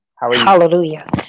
Hallelujah